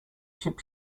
chip